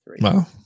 wow